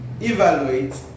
evaluate